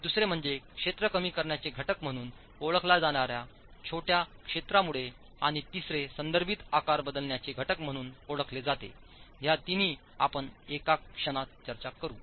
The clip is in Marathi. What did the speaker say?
दुसरे म्हणजे क्षेत्र कमी करण्याचे घटक म्हणून ओळखल्या जाणाऱ्या छोट्या क्षेत्रामुळे आणि तिसरे संदर्भित आकार बदलण्याचे घटक म्हणून ओळखले जातेह्या तिन्ही आपण एका क्षणात चर्चा करू